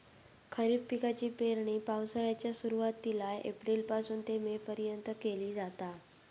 खरीप पिकाची पेरणी पावसाळ्याच्या सुरुवातीला एप्रिल पासून ते मे पर्यंत केली जाता